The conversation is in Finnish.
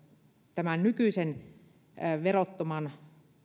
tämän nykyisen verottoman